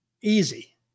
Easy